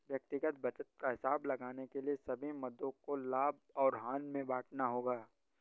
व्यक्तिगत बचत का हिसाब लगाने के लिए सभी मदों को लाभ और हानि में बांटना होगा